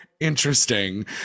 interesting